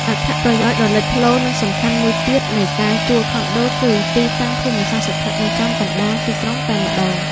អត្ថប្រយោជន៍ដ៏លេចធ្លោនិងសំខាន់មួយទៀតនៃការជួលខុនដូ គឺទីតាំងភូមិសាស្ត្រស្ថិតនៅចំកណ្តាលទីក្រុងតែម្តង។